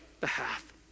behalf